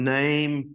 name